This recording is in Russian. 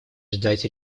ждать